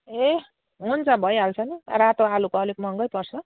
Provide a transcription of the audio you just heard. ए हुन्छ भइहाल्छ नि रातो आलुको अलिक महँगै पर्छ